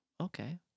Okay